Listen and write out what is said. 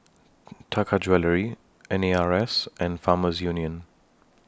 Taka Jewelry N A R S and Farmers Union